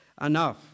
enough